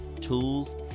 tools